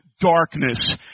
darkness